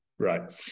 Right